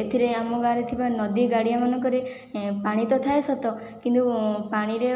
ଏଥିରେ ଆମ ଗାଁରେ ଥିବା ନଦୀ ଗାଡ଼ିଆମାନଙ୍କରେ ପାଣି ତ ଥାଏ ସତ କିନ୍ତୁ ପାଣିରେ